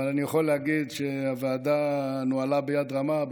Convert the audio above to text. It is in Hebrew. אבל אני יכול להגיד שהוועדה נוהלה ביד רמה,